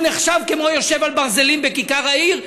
הוא נחשב כמו יושב על ברזלים בכיכר העיר,